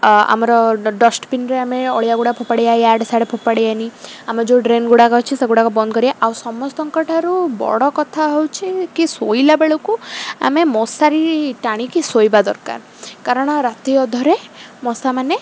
ଆମର ଡଷ୍ଟବିନ୍ରେ ଆମେ ଅଳିଆଗୁଡ଼ା ଫୋପାଡ଼ିବା ଇଆଡ଼େ ସିଆଡ଼େ ଫୋପାଡ଼ିବା ନି ଆମର ଯୋଉ ଡ୍ରେନ୍ ଗୁଡ଼ାକ ଅଛି ସେଗୁଡ଼ାକ ବନ୍ଦ କରି ଆଉ ସମସ୍ତଙ୍କ ଠାରୁ ବଡ଼ କଥା ହେଉଛି କି ଶୋଇଲା ବେଳକୁ ଆମେ ମଶାରୀ ଟାଣିକି ଶୋଇବା ଦରକାର କାରଣ ରାତି ଅଧରେ ମଶାମାନେ